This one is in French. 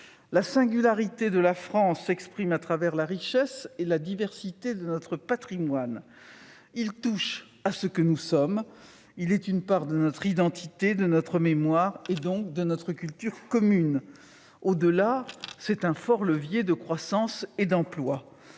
la singularité de la France s'exprime au travers de la richesse et la diversité de son patrimoine. Il touche à ce que nous sommes. Il est une part de notre identité, de notre mémoire et, donc, de notre culture commune. Au-delà, c'est un fort levier de croissance et d'emplois.